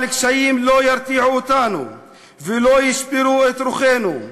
אבל קשיים לא ירתיעו אותנו ולא ישברו את רוחנו.